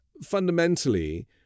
fundamentally